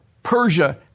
Persia